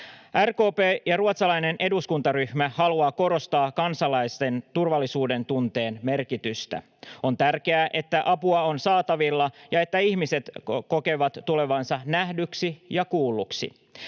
RKP ja ruotsalainen eduskuntaryhmä haluavat korostaa kansalaisten turvallisuudentunteen merkitystä. On tärkeää, että apua on saatavilla ja että ihmiset kokevat tulevansa nähdyksi ja kuulluksi.